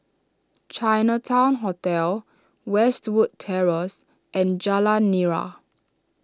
Chinatown Hotel Westwood Terrace and Jalan Nira